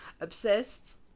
obsessed